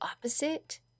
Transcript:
opposite